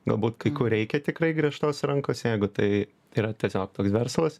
galbūt kai kur reikia tikrai griežtos rankos jeigu tai yra tiesiog toks verslas